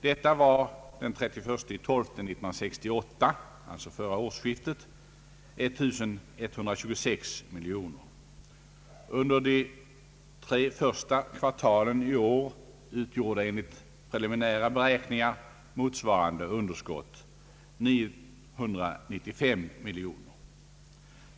Detta var 1968 1126 miljoner kronor. Under de tre första kvartalen i år utgjorde enligt preliminära beräkningar motsvarande underskott 995 miljoner kronor.